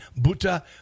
Buta